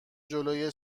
جلوی